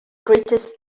greatest